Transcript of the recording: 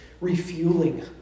refueling